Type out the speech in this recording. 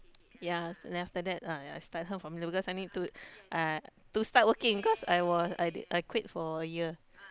ya so then after that I start her formula because I need to uh to start working cause I was I did I quit for a year